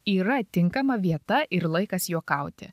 yra tinkama vieta ir laikas juokauti